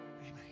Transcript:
Amen